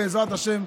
בעזרת השם,